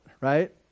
right